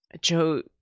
Joe